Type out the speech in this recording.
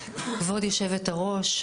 כבוד היושבת-ראש,